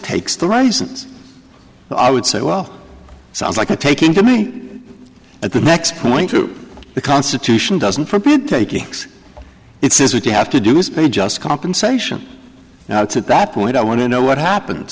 takes the right isn't so i would say well sounds like a taking to me at the next point to the constitution doesn't forbid taking it since what you have to do is paid just compensation now it's at that point i want to know what happened